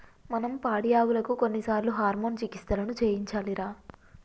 మనం పాడియావులకు కొన్నిసార్లు హార్మోన్ చికిత్సలను చేయించాలిరా